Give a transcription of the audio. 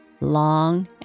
long